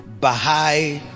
Baha'i